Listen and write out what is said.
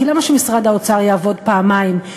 כי למה שמשרד האוצר יעבוד פעמיים,